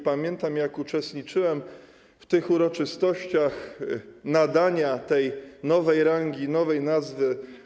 Pamiętam, jak uczestniczyłem w uroczystościach nadania uczelni tej nowej rangi, nowej nazwy.